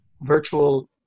virtual